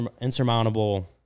insurmountable